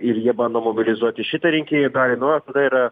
ir jie bando mobilizuoti šitą rinkėjų dalį nu o tada yra